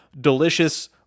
delicious